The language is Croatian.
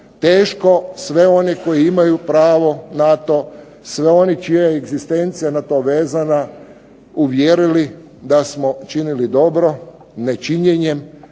teško sve one koji imaju pravo na to, sve one čija egzistencija je na to vezana uvjerili da smo činili dobro nečinjenjem,